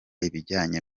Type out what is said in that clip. ibijyanye